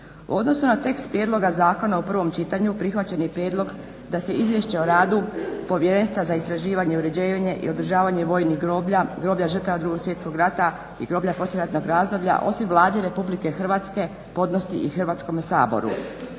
U odnosu na tekst prijedloga zakona u prvom čitanju prihvaćen je prijedlog da se izvješće o radu Povjerenstva za istraživanje, uređenje i održavanje vojnih groblja, groblja žrtava Drugog svjetskog rata i groblja poslijeratnog razdoblja osim Vladi Republike Hrvatske podnosi i Hrvatskom saboru.